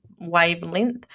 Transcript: wavelength